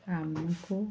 ଆମକୁ